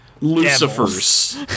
lucifers